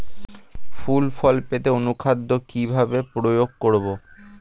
ফুল ফল পেতে অনুখাদ্য কিভাবে প্রয়োগ করব?